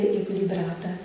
equilibrata